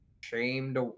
shamed